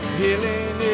healing